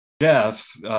Jeff